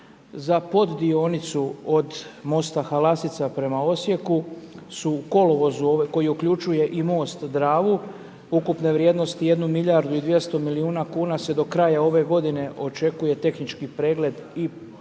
Za pod dionicu od mosta Halasica prema Osijeku su u kolovozu ove, koji uključuje i most Dravu, ukupne vrijednosti jednu milijardu i 200 milijuna kn, se do kraja ove g. očekuje tehnički pregled i završetak